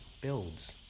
builds